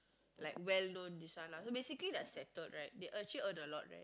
like well known this one lah so basically they're settled right they actually earn a lot leh